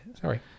Sorry